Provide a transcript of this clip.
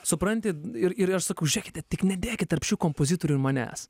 supranti ir ir aš sakau žiūrėkite tik nedėkit tarp šių kompozitorių ir manęs